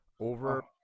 over